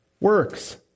works